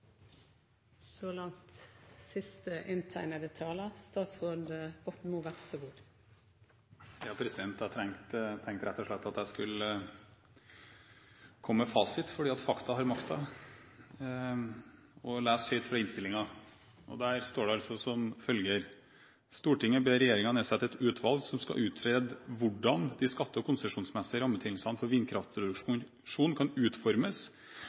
så av og til må en faktisk gå på akkord og innføre det også i de kommunene som styres av Fremskrittspartiet. Jeg tenkte rett og slett at jeg skulle komme med fasit, for fakta har makta, og lese høyt fra innstillingen: «Stortinget ber regjeringen nedsette et utvalg som skal utrede hvordan de skatte- og konsesjonsmessige rammebetingelser for vindkraftproduksjon kan utformes